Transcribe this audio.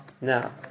Now